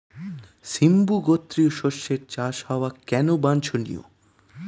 সিম্বু গোত্রীয় শস্যের চাষ হওয়া কেন বাঞ্ছনীয়?